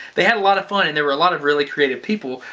they had a lot of fun and there were a lot of really creative people,